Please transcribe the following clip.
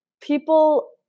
people